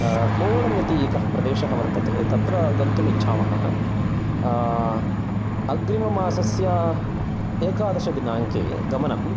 कोवलम् इति एकः प्रदेशः वर्तते तत्र गन्तुं इच्छामः अग्रिममासस्य एकादशदिनाङ्के गमनं